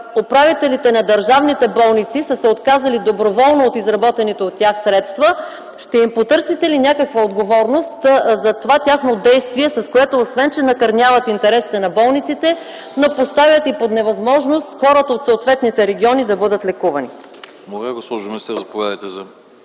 управителите на държавните болници са се отказали доброволно от изработените от тях средства, ще им потърсите ли някаква отговорност за това тяхно действие, с което, освен че накърняват интересите на болниците, но поставят и под невъзможност хората от съответните региони да бъдат лекувани.